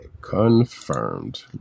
Confirmed